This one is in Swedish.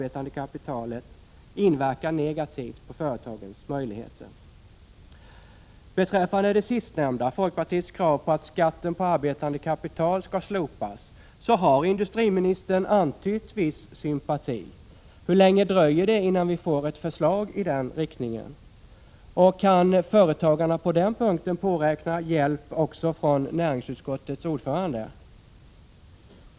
1986/87:130 arbetande kapitalet inverkar negativt på företagens möjligheter. 25 maj 1987 Beträffande det sistnämnda, folkpartiets krav på att skatten på arbetande kapital skall slopas, så har industriministern antytt viss sympati. Hur länge dröjer det innan vi får ett förslag i den riktningen? Och kan företagarna på den punkten påräkna hjälp också från näringsutskottets ordförande?